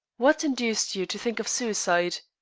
what induced you to think of suicide?